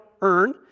earn